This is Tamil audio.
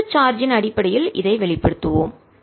மொத்த சார்ஜ் ன் அடிப்படையில் இதை வெளிப்படுத்துவோம்